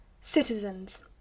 Citizens